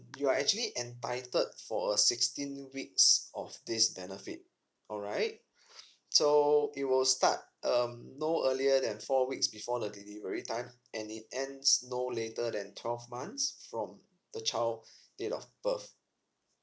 you are actually entitled for a sixteen weeks of this benefit alright so it will start um no earlier than four weeks before the delivery time and it ends no later than twelve months from the child's date of birth